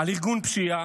על ארגון פשיעה,